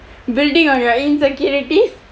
building on your insecurity